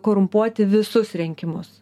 korumpuoti visus rinkimus